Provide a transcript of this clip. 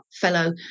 fellow